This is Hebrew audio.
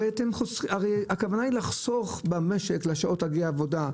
הרי הכוונה היא לחסוך במשק בשעות הגעה לעבודה,